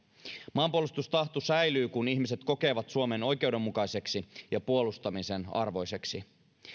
maanpuolustustahto säilyy kun ihmiset kokevat suomen oikeudenmukaiseksi ja puolustamisen arvoiseksi